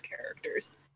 characters